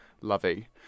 lovey